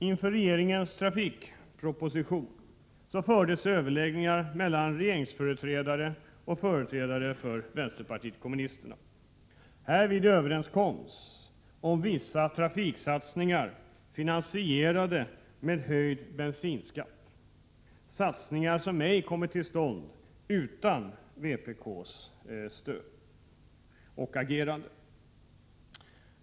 Inför regeringens trafikproposition fördes överläggningar mellan regeringsföreträdare och företrädare för vänsterpartiet kommunisterna. Härvid överenskoms om vissa trafiksatsningar, finansierade med höjd bensinskatt — satsningar som ej kommit till stånd utan vpk:s stöd och agerande.